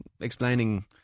explaining